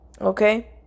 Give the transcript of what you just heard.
okay